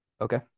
Okay